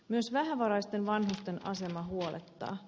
myös vähävaraisten vanhusten asema huolettaa